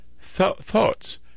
Thoughts